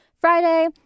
Friday